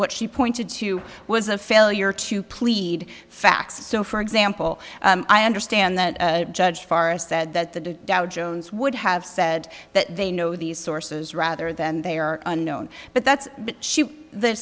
what she pointed to was a failure to plead facts so for example i understand that judge far said that the dow jones would have said that they know these sources rather than they are unknown but that's the